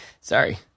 Sorry